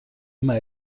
immer